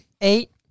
eight